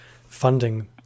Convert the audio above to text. funding